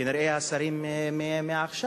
כנראה השרים מעכשיו,